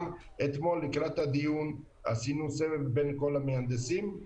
גם אתמול לקראת הדיון עשינו סבב בין כל המהנדסים,